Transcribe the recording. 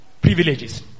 privileges